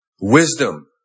wisdom